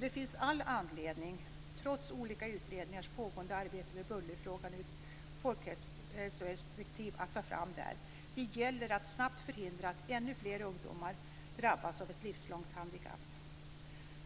Därför finns det all anledning, trots olika utredningars pågående arbete med bullerfrågan ur ett folkhälsoperspektiv, att ta fram det här. Det gäller att snabbt förhindra att ännu fler ungdomar drabbas av ett livslångt handikapp.